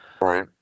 Right